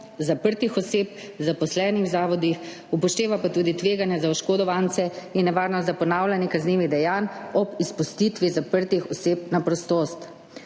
zaprtih oseb, zaposlenih v zavodih. Upošteva pa tudi tveganje za oškodovance in nevarnost za ponavljanje kaznivih dejanj ob izpustitvi zaprtih oseb na prostost.